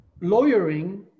lawyering